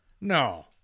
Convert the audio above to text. no